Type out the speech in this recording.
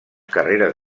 carreres